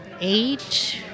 eight